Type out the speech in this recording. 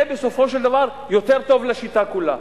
זה בסופו של דבר יותר טוב לשיטה כולה.